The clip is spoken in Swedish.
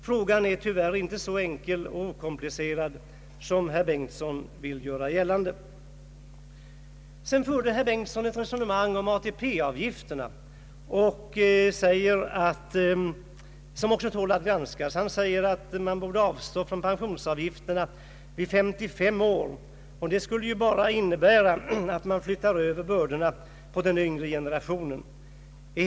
Frågan är tyvärr inte så enkel och okomplicerad som herr Bengtson vill göra gällande. Herr Bengtson förde också ett resonemang om ATP-avgifterna som också tål att granskas. Han säger att man borde avstå från att ta ut ATP-avgifter för dem som fyllt 55 år. Det skulle bara innebära att man flyttar över bördorna på den yngre generationen.